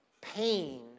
Pain